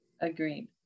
agreed